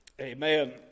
Amen